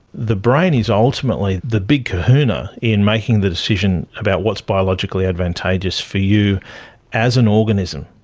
the brain is ultimately the big kahuna in making the decision about what's biologically advantageous for you as an organism.